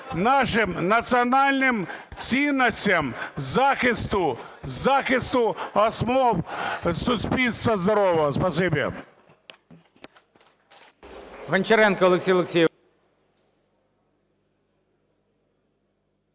нашим національним цінностям, захисту основ суспільства здорового.